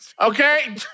Okay